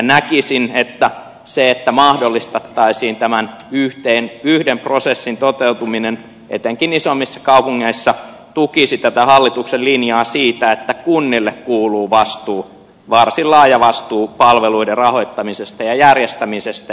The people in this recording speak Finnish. näkisin että se että mahdollistettaisiin tämän yhden prosessin toteutuminen etenkin isommissa kaupungeissa tukisi tätä hallituksen linjaa siitä että kunnille kuuluu varsin laaja vastuu palveluiden rahoittamisesta ja järjestämisestä